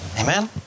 Amen